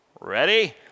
ready